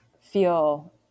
feel